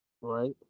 Right